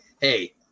hey